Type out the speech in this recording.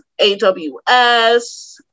AWS